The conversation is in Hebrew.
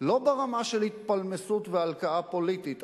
לא ברמה של התפלמסות והלקאה פוליטית,